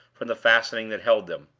from the fastening that held them.